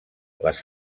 les